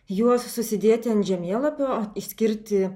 juos susidėti ant žemėlapio išskirti